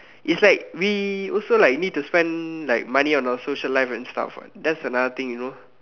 it's like we also like need to spend like money on our social life and stuff what that's another thing you know